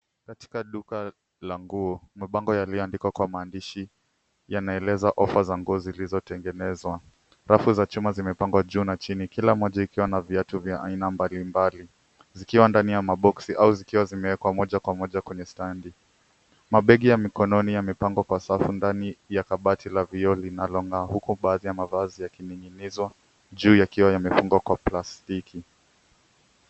Katika duka la nguo, mabango yaliyoandikwa kwa maandishi yanaeleza ofa za nguo zilizotengenezwa. Rafu za chuma zimepangwa juu na chini, kila moja ikiwa na viatu vya aina mbalimbali, zikiwa ndani ya (cs)maboksi(cs) au zikiwa zimewekwa moja kwa moja kwenye (cs)standi(cs). Mabegi ya mikononi yamepangwa kwa safu ndani ya kabati la vioo linalong'aa, huku baadhi ya mavazi yakining'inizwa juu ya kioo yamefungwa kwa plastiki.